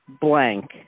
blank